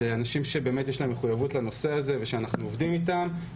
אלה אנשים שבאמת יש להם מחויבות לנושא הזה ושאנחנו עובדים איתם.